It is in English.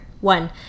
One